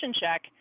check